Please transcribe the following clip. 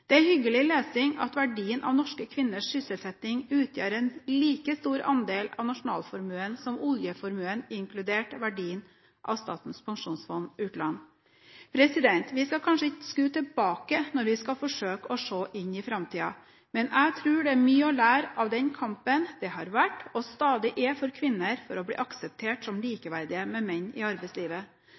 Det er hyggelig lesing at verdien av norske kvinners sysselsetting utgjør en like stor andel av nasjonalformuen som oljeformuen, inkludert verdien av Statens pensjonsfond utland. Vi skal kanskje ikke skue tilbake når vi skal forsøke å se inn i framtiden. Men jeg tror det er mye å lære av den kampen det har vært og stadig er for kvinner for å bli akseptert som likeverdige med menn i arbeidslivet.